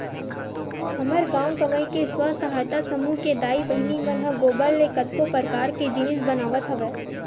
हमर गाँव गंवई के स्व सहायता समूह के दाई बहिनी मन ह गोबर ले कतको परकार के जिनिस बनावत हवय